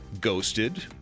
Ghosted